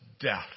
death